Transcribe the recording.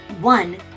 one